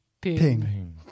ping